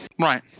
Right